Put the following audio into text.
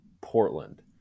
Portland